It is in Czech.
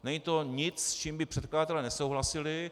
Není to nic, s čím by předkladatelé nesouhlasili.